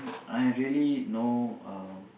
I really know um